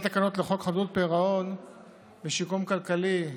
התקנות לחוק חדלות פירעון ושיקום כלכלי.